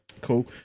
cool